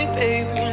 baby